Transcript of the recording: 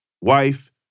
Wife